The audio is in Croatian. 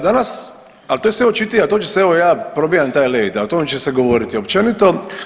Danas, al to je sve očitija, to će se, evo ja probijam taj led, al o tome će se govoriti općenito.